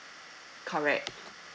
correct mm